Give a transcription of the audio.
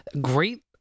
Great